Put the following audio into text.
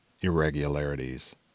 irregularities